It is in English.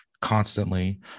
constantly